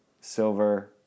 silver